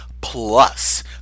plus